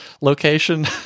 location